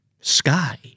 sky